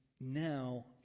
now